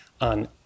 on